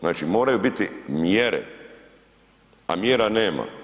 Znači, moraju biti mjere, a mjera nema.